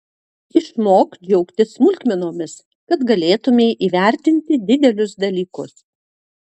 išmok džiaugtis smulkmenomis kad galėtumei įvertinti didelius dalykus